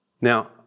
Now